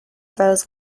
throws